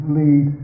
lead